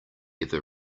ever